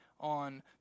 on